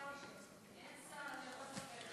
אין שר, אתה יכול לדבר.